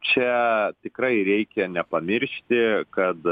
čia tikrai reikia nepamiršti kad